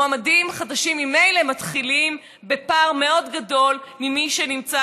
מועמדים חדשים ממילא מתחילים בפער מאוד גדול ממי שנמצא